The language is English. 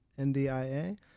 NDIA